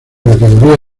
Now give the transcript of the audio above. categoría